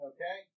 Okay